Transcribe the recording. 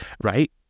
right